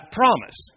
promise